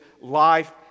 life